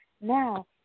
Now